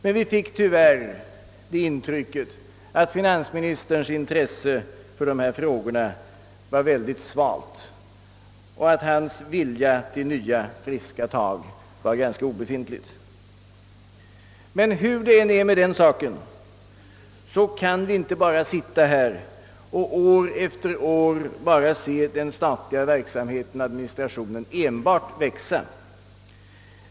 Men vi fick tyvärr det intrycket, att finansministerns intresse för dessa frågor var mycket svalt och att hans vilja till nya, friska tag var ganska obefintlig. Men hur det än är med den saken kan vi inte bara sitta här år efter år och se den statliga verksamheten och administrationen enbart växa.